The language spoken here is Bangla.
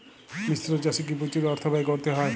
মিশ্র চাষে কি প্রচুর অর্থ ব্যয় করতে হয়?